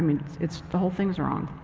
mean, it's, the whole thing's wrong.